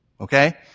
Okay